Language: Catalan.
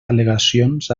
al·legacions